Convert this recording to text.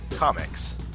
Comics